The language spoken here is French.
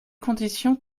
conditions